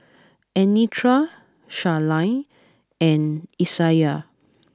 Anitra Charline and Isaiah